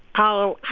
oh,